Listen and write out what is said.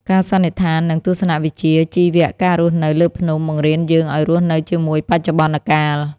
ការសន្និដ្ឋាន និងទស្សនវិជ្ជាជីវៈការរស់នៅលើភ្នំបង្រៀនយើងឱ្យរស់នៅជាមួយបច្ចុប្បន្នកាល។